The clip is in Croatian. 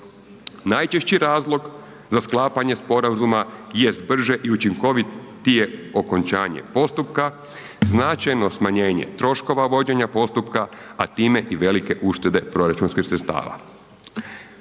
Najčešći razlog za sklapanje sporazuma jest brže i učinkovitije okončanje postupka, značajno smanjenje troškova vođenja postupka, a time i velike uštede proračunskih sredstava.